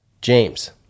James